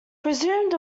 presumed